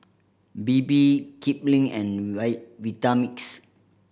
Bebe Kipling and Vitamix